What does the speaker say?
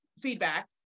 feedback